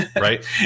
Right